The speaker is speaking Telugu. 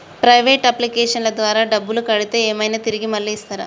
ప్రైవేట్ అప్లికేషన్ల ద్వారా డబ్బులు కడితే ఏమైనా తిరిగి మళ్ళీ ఇస్తరా?